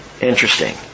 interesting